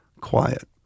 quiet